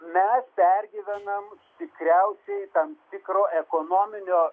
mes pergyvenam tikriausiai tam tikro ekonominio